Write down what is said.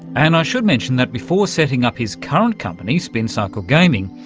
and i should mention that before setting up his current company spincycle gaming,